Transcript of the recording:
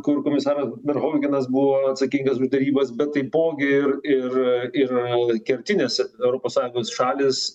kur komisaras verhonginas buvo atsakingas už derybas bet taipogi ir ir ir kertinės europos sąjungos šalys